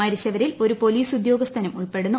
മരിച്ചവരിൽ ഒരു പൊലീസ് ഉദ്യോഗസ്ഥനും ഉൾപ്പെടുന്നു